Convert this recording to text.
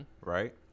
right